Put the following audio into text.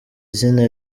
zina